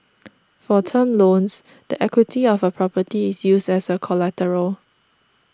for term loans the equity of a property is used as collateral